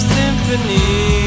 symphony